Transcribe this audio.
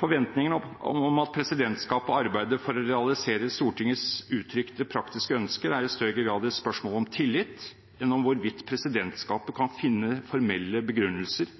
Forventningene om at presidentskapet arbeider for å realisere Stortingets uttrykte praktiske ønsker, er i større grad et spørsmål om tillit enn om hvorvidt presidentskapet kan finne formelle begrunnelser